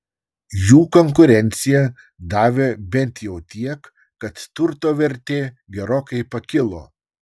jų konkurencija davė bent jau tiek kad turto vertė gerokai pakilo